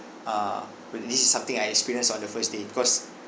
uh when this is something I experienced on the first day because